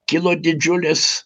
kilo didžiulis